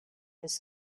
this